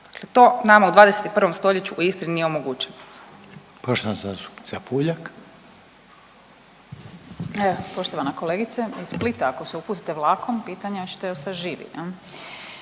Zagreba. To nama u 21. st. u Istri nije omogućeno.